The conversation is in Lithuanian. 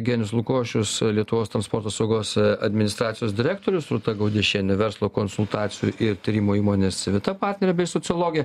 genius lukošius lietuvos transporto saugos administracijos direktorius rūta gaudiešienė verslo konsultacijų ir tyrimų įmonės vita partnerė bei sociologė